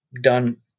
done